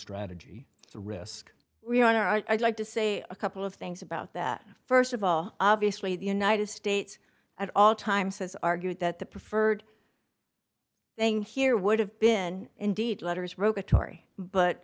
strategy risk we are i'd like to say a couple of things about that st of all obviously the united states at all times has argued that the preferred thing here would have been indeed letters rotatory but